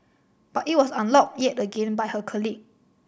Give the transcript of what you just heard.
but it was unlocked yet again by her colleague